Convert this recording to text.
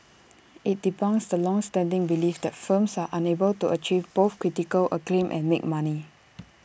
IT debunks the long standing belief that films are unable to achieve both critical acclaim and make money